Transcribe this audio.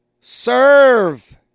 Serve